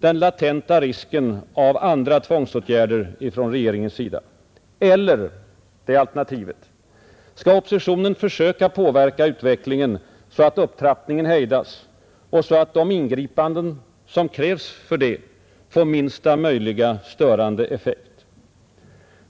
latenta risken av andra tvångsåtgärder från regeringens sida? Eller — det är alternativet — skall oppositionen försöka påverka utvecklingen så att upptrappningen hejdas och så att de ingripanden som krävs för det får minsta möjliga störande effekt?